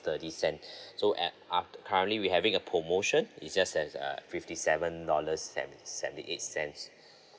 thirty cent so at uh currently we having a promotion it's just at uh fifty seven dollars se~ seventy eight cents